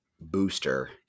booster